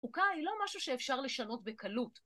חוקה היא לא משהו שאפשר לשנות בקלות.